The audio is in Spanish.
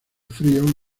fríos